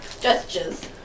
gestures